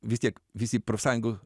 vis tiek visi profsąjungų